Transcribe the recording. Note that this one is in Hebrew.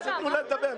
מה זה "תנו לה לדבר"?